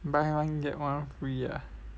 buy one get one free ah